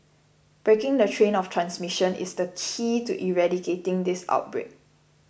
breaking the chain of transmission is the key to eradicating this outbreak